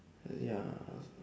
ya